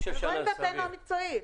וזו עמדתנו המקצועית.